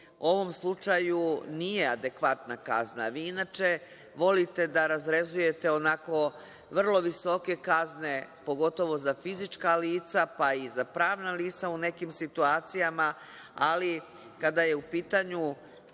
ovom slučaju nije adekvatna kazna. Vi inače volite da razrezujete onako vrlo visoke kazne, pogotovo za fizička lica, pa i za pravna lica u nekim situacijama, ali kada je u pitanju